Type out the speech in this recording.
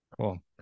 Cool